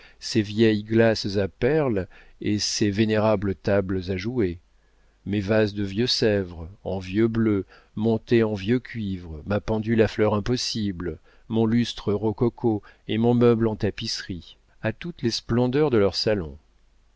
ses vieilles glaces à perles et ses vénérables tables à jouer mes vases de vieux sèvres en vieux bleu montés en vieux cuivre ma pendule à fleurs impossibles mon lustre rococo et mon meuble en tapisserie à toutes les splendeurs de leur salon